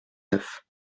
neuf